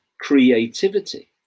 creativity